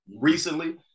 Recently